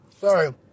Sorry